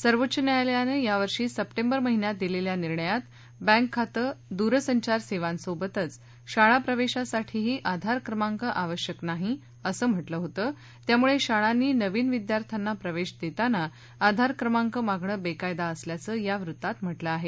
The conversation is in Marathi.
सर्वोच्च न्यायालयानं या वर्षी सप्टेंबर महिन्यात दिलेल्या निर्णयात बँक खातं दूरसंचार सेवांसोबतच शाळा प्रवेशासाठीही आधार क्रमांक आवश्यक नाही असं म्हटलं होतं त्यामुळे शाळांनी नवीन विद्यार्थ्यांना प्रवेश देताना आधार क्रमांक मागणं बेकायदा असल्याचं या वृत्तात म्हटलं आहे